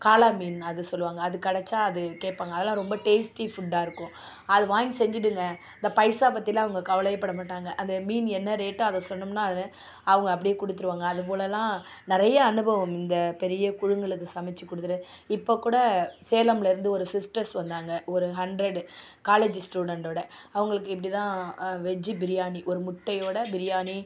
காளான் மீன் அது சொல்லுவாங்க அது கிடச்சா அது கேட்பாங்க அதெலாம் ரொம்ப டேஸ்ட்டி ஃபுட்டாக இருக்கும் அது வாங்கி செஞ்சிடுங்க இந்த பைசா பற்றிலாம் அவங்க கவலையே படமாட்டாங்க அந்த மீன் என்ன ரேட் அது சொன்னோம்னால் அதில் அவங்க அப்படியே கொடுத்துருவாங்க அதுபோலல்லாம் நிறைய அனுபவம் இந்த பெரிய குழுங்களுக்கு சமைச்சி கொடுத்துட்டு இப்போ கூட சேலம்ல இருந்து ஒரு சிஸ்டர்ஸ் வந்தாங்க ஒரு ஹண்ட்ரட் காலேஜ் ஸ்டுடென்ட்டோட அவங்களுக்கு இப்படி தான் வெஜ் பிரியாணி ஒரு முட்டையோட பிரியாணி